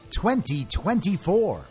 2024